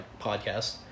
podcast